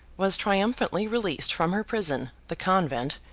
was triumphantly released from her prison, the convent,